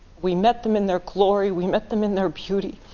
we met them in their glory, we met them in their beauty,